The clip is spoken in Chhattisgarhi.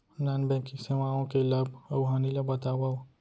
नॉन बैंकिंग सेवाओं के लाभ अऊ हानि ला बतावव